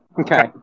Okay